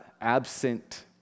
absent